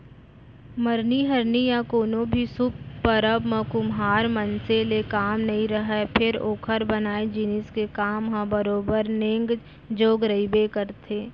मरनी हरनी या कोनो भी सुभ परब म कुम्हार मनसे ले काम नइ रहय फेर ओकर बनाए जिनिस के काम ह बरोबर नेंग जोग रहिबे करथे